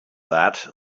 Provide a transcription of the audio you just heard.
that